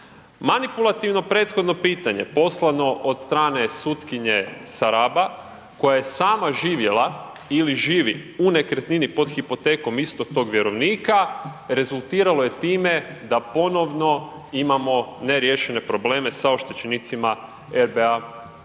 Manipulativno prethodno pitanje poslao od strane sutkinje sa Raba koja je sama živjela ili živi u nekretnini pod hipotekom istog tog vjerovnika rezultiralo je time da ponovno imamo neriješene probleme sa oštećenicima RBA